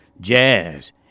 Jazz